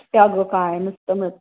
त्या गं काय मस्त मिळतं